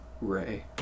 Ray